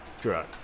drug